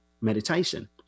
meditation